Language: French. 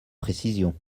précision